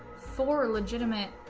four legitimate